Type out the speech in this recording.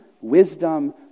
wisdom